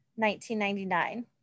1999